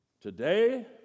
today